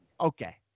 okay